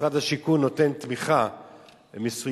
משרד השיכון נותן תמיכה מסוימת